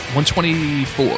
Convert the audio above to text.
124